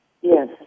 Yes